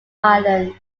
island